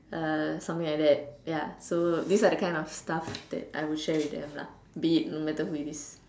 uh something like that ya so these are the kind of stuffs that I would share with them lah be it no matter who it is